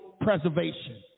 preservation